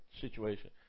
situation